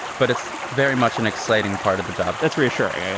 but it's very much an exciting part of the job that's reassuring. i